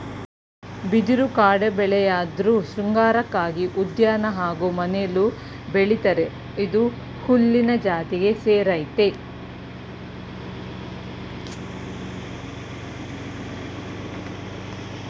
ಬಿದಿರು ಕಾಡುಬೆಳೆಯಾಧ್ರು ಶೃಂಗಾರಕ್ಕಾಗಿ ಉದ್ಯಾನ ಹಾಗೂ ಮನೆಲೂ ಬೆಳಿತರೆ ಇದು ಹುಲ್ಲಿನ ಜಾತಿಗೆ ಸೇರಯ್ತೆ